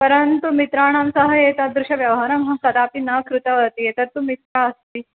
परन्तु मित्राणां सह एतादृशव्यवहारमहं कदापि न कृतवती एतत्तु मिथ्या अस्ति